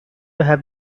have